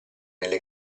nelle